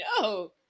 No